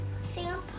singapore